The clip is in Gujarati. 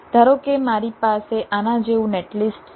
ધારો કે મારી પાસે આના જેવું નેટલિસ્ટ છે